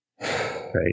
right